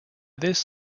this